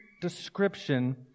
description